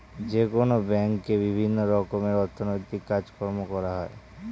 যেকোনো ব্যাঙ্কে বিভিন্ন রকমের অর্থনৈতিক কাজকর্ম করা হয়